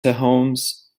homes